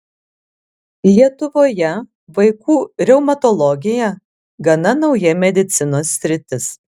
lietuvoje vaikų reumatologija gana nauja medicinos sritis